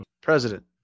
President